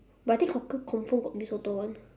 but I think hawker confirm got mee soto [one]